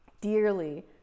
dearly